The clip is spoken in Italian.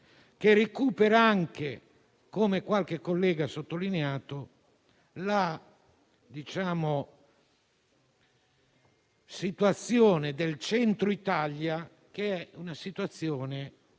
che recupera anche - come qualche collega ha sottolineato - la situazione del Centro Italia, che appare